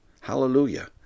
Hallelujah